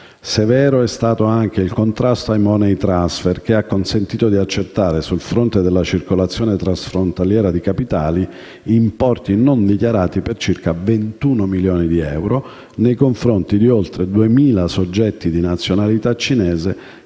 Severo è stato anche il contrasto ai *money transfer*, che ha consentito di accertare, sul fronte della circolazione transfrontaliera di capitali, importi non dichiarati per circa 21 milioni di euro nei confronti di oltre 2.000 soggetti di nazionalità cinese